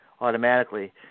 automatically